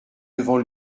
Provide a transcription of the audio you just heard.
devant